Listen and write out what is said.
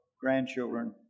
grandchildren